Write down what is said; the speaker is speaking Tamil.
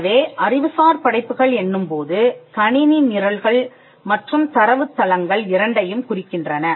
எனவே அறிவுசார் படைப்புகள் என்னும் போது கணினி நிரல்கள் மற்றும் தரவுத்தளங்கள் இரண்டையும் குறிக்கின்றன